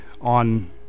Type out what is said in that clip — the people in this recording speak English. on